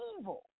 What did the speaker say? evil